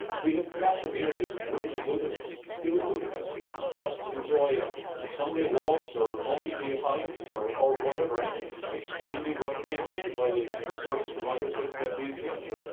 we have massive areas of wilderness wilderness still wilderness for us to enjoy on sunday walks, or multi-day hikes, or or whatever, and extremely well-maintained by the the service providers and that maintain them.